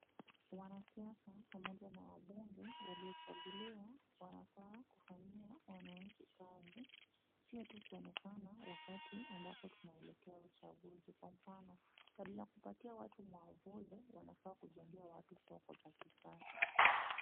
Wanasiasa pamoja na wabunge waliochaguliwa wanafaa kufanyia wananchi kazi sio tu kuonekana wakati ambapo tunaelekea uchaguzi. Kwa mfano, badala ya kupatia watu mwavuli wanafaa kujengea watu soko za kisasa.